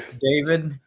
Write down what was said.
David